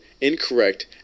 incorrect